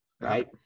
right